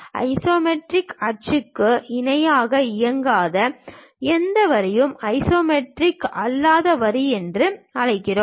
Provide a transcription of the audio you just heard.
isometric அச்சுக்கு இணையாக இயங்காத எந்த வரியும் ஐசோமெட்ரிக் அல்லாத வரி என்று அழைக்கப்படுகிறது